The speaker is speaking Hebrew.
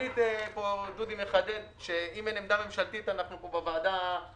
דודי מחדד שאם אין עמדה ממשלתית אני